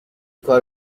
کار